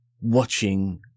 watching